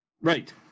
Right